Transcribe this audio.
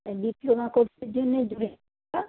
হ্যাঁ ডিপ্লোমা কোর্সের জন্যে যে একটা